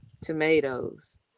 tomatoes